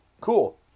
Cool